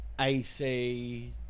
AC